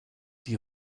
die